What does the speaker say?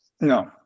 No